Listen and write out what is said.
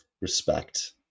respect